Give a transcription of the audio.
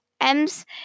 M's